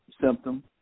symptom